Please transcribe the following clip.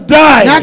die